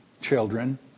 children